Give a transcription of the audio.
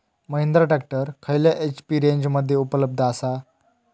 Mahindra tractor खयल्या HP रेंजमध्ये उपलब्ध आसा?